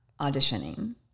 auditioning